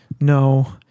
No